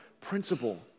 principle